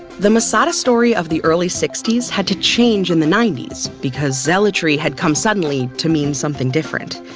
the masada story of the early sixty s had to change in the ninety s because zealotry had come suddenly to mean something different.